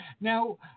Now